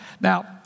Now